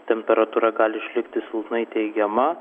temperatūra gali išlikti silpnai teigiama